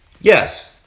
Yes